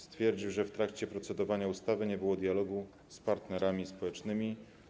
Stwierdziło, że w trakcie procedowania nad ustawą nie było dialogu z partnerami społecznymi.